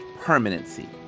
permanency